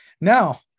Now